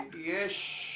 יש,